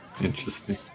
interesting